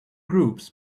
groups